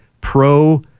pro